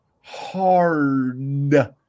hard